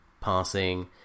passing